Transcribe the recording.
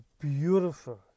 beautiful